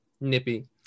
nippy